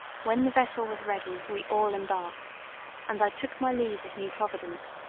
when the vessel was ready we all embarked and i took my leave of new providence,